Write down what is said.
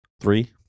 three